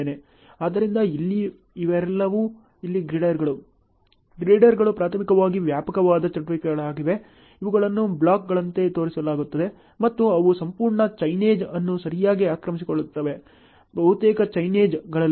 ಆದ್ದರಿಂದ ಇವರೆಲ್ಲರೂ ಇಲ್ಲಿ ಗಿರಡ್ಡಿಗಳು ಗಿರ್ಡರ್ಗಳು ಪ್ರಾಥಮಿಕವಾಗಿ ವ್ಯಾಪಕವಾದ ಚಟುವಟಿಕೆಗಳಾಗಿವೆ ಇವುಗಳನ್ನು ಬ್ಲಾಕ್ಗಳಂತೆ ತೋರಿಸಲಾಗುತ್ತದೆ ಮತ್ತು ಅವು ಸಂಪೂರ್ಣ ಚೈನೇಜ್ ಅನ್ನು ಸರಿಯಾಗಿ ಆಕ್ರಮಿಸಿಕೊಳ್ಳುತ್ತವೆ ಬಹುತೇಕ ಚೈನೇಜ್ ಗಳಲ್ಲಿ